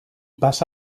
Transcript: passa